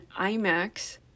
IMAX